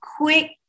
quick